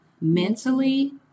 mentally